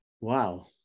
Wow